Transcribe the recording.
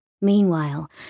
Meanwhile